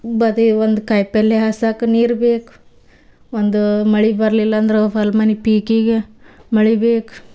ಬದಿ ಒಂದು ಕಾಯಿಪಲ್ಯ ಹಾಸಕ್ಕೆ ನೀರು ಬೇಕು ಒಂದು ಮಳೆ ಬರಲಿಲ್ಲ ಅಂದ್ರೆ ಹೊಲ ಮನೆ ಪೀಕಿಗೆ ಮಳೆ ಬೇಕು